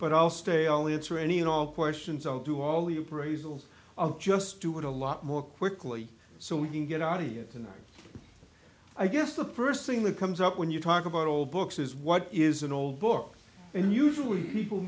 but i'll stay only answer any and all questions i'll do all the appraisals of just do it a lot more quickly so we can get audience tonight i guess the first thing that comes up when you talk about old books is what is an old book and usually people